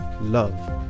love